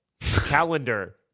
calendar